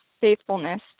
faithfulness